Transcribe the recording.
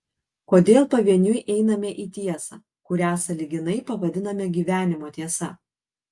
kodėl pavieniui einame į tiesą kurią sąlyginai pavadiname gyvenimo tiesa